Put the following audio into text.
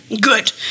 Good